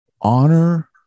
honor